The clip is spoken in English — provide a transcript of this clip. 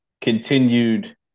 continued